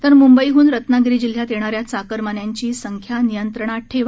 तर मुंबईहून रत्नागिरी जिल्ह्यात येणाऱ्या चाकरमान्यांची संख्या नियंत्रणात ठेवा